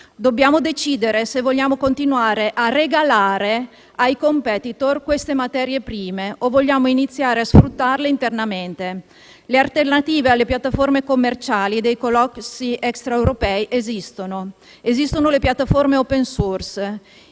Dobbiamo decidere se vogliamo continuare a regalare ai *competitor* queste materie prime o vogliamo iniziare a sfruttarle internamente. Le alternative alle piattaforme commerciali dei colossi extraeuropei esistono. Esistono le piattaforme *open source*.